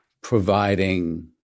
providing